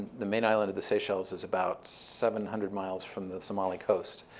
the main island of the seychelles is about seven hundred miles from the somali coast.